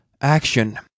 action